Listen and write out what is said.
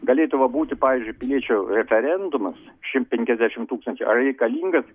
galėtų va būti pavyzdžiui piliečių referendumas šimt penkiasdešimt tūkstančių ar reikalingas